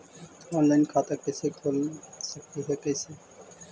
Online खाता कैसे खोल सकली हे कैसे?